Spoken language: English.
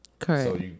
Correct